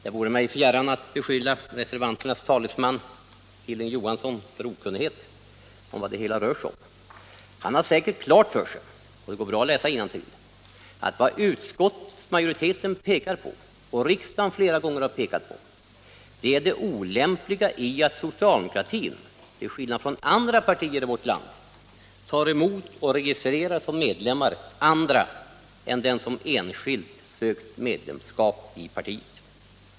Det vore mig m.m. fjärran att beskylla reservanternas talesman, herr Hilding Johansson, för okunnighet om vad det hela rör sig om. Han har säkert klart för sig — det går bra att läsa innantill — att vad utskottsmajoriteten pekar på och vad riksdagen flera gånger har pekat på, det är det olämpliga i att socialdemokratin till skillnad från andra partier i vårt land tar emot och registrerar som medlemmar andra än dem som enskilt sökt medlemskap i partiet.